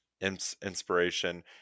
inspiration